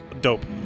dope